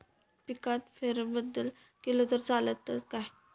पिकात फेरबदल केलो तर चालत काय?